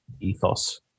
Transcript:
ethos